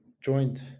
joint